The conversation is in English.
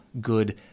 good